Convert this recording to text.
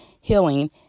healing